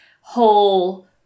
whole